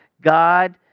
God